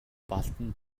балдан